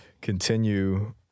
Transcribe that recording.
continue